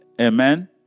Amen